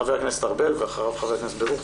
חבר הכנסת ארבל ואחריו חבר הכנסת ברוכי,